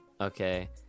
Okay